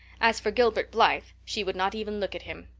as for gilbert blythe, she would not even look at him.